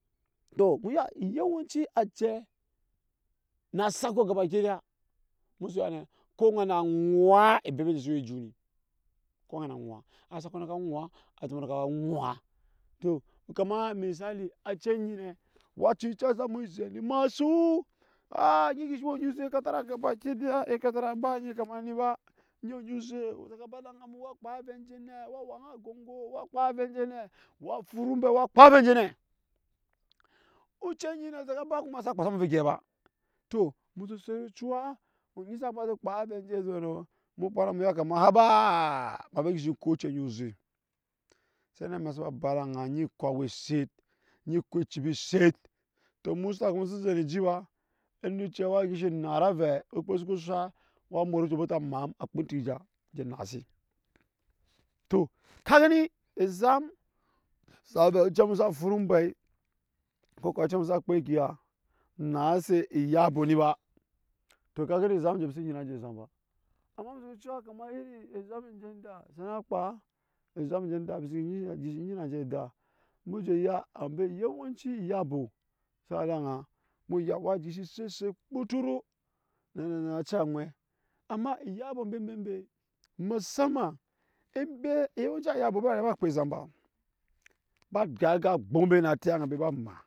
To kuya yowenci acɛ na asako gabakida musu ya ne ko oŋee na oŋwaa ebebe si we ejut ni ko oŋe na oŋwaa a sakɔ na ka ŋwaa acɛ mbɔ naka ŋwaa, to kama misali a ce nyi ne wa cii yuca samu eze ni eme asuu aa eni shi we ne eze ekatara gabakida ekarataba anyi kama eni ba eni we onyi oze sa ba ede aŋa mu wa kpaa avɛ enje ne wa waŋa agon-go wa kpaa avɛɛ anje ne wa furu ombei wa kpaa avɛ nje ne ocɛe anyi kua sa ka ba sa kpasa mu ovɛ egei ba, to emu su set ociya onyi saba je kpaa naya kama habaa ema mi gishi enko ocɛ onyi oze, se eme amek saŋa ba ede aŋa, ŋa ko awa onyi oze eni ko ecibi set to enw osakɔ emu su ze ni eji ba eni ocɛ wa gishi nara avɛ okpe suku sat wa mwet oncu bete amam a kpaa oŋke egya je naa se to ka gani ezam sa ve ocɛmu sa furu ombei ko kuwa ocɛ mu sa kpaa oŋke agye naa se eyabori ni ba to ka gani ezam anje mbi si nyina anje ezam ba amma musu ku ciya kaama iri ezam enje endaa sana kpaa ezam enje daa mbi sini nyi nan je ndaa muje ya ambe yuwenci eyabo sa we ede aŋa mu ya wa disi se set kpɔtɔtɔ amma eyabo mbe mbe mbee me sama embe yuwenci ayabo be rige mbe ekpaa ezam ba ba gyai aga agbɔk mbe na ajiga aŋa mbe ba maa